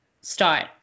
start